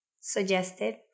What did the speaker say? suggested